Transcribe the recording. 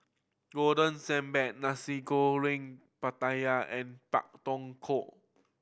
Golden Sand Bun Nasi Goreng Pattaya and Pak Thong Ko